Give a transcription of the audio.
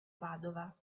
padova